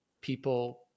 people